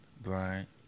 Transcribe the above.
Bryant